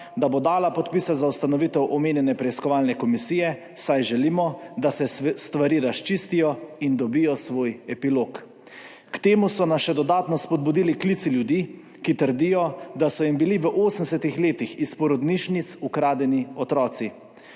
da bo dala podpise za ustanovitev omenjene preiskovalne komisije, saj želimo, da se stvari razčistijo in dobijo svoj epilog. K temu so nas še dodatno spodbudili klici ljudi, ki trdijo, da so jim bili v 80. letih iz porodnišnic ukradeni otroci.